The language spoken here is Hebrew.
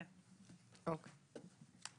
בבקשה.